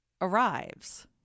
arrives